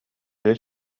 тыа